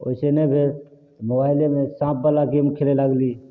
ओइसँ नहि भेल तऽ मोबाइलेमे साँपवला गेम खेले लागली